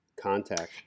contact